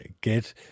get